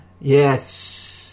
Yes